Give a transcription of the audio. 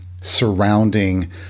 surrounding